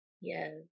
yes